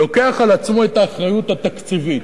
לוקח על עצמו את האחריות התקציבית,